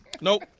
Nope